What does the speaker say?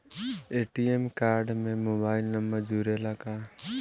ATM card में mobile number जुरेला का?